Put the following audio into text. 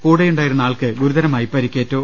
കൂടെയുണ്ടായിരുന്ന ആൾക്ക് ഗുരുതരമായി പരിക്കേറ്റു